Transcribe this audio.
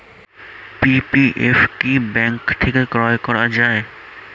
PPF কি bank থেকে ক্রয় করা যায়?